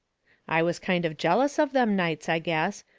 i was kind of jealous of them nights, i guess,